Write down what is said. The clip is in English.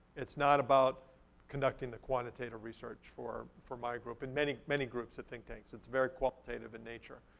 it's not about conducting the quantitative research for for my group and many many groups or think tanks, it's very qualitative in nature.